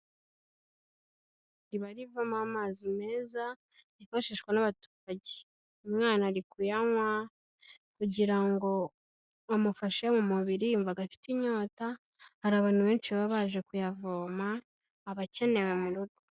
Iriba rivamo amazi meza yifashishwa n'abaturage, umwana ari kuyanywa kugira ngo amufashe mu mubiri yumvaga afite inyota. Hari abantu benshi baba baje kuyavoma abakenewe mu rugo.